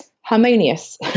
harmonious